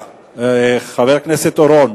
חבר הכנסת אורון.